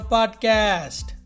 Podcast